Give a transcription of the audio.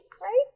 Right